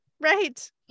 right